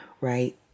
right